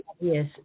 yes